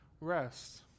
rest